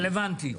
רלוונטי.